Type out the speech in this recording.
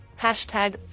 hashtag